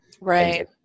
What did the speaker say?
right